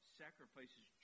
sacrifices